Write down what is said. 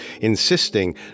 insisting